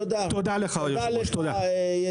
תודה לך ידידי.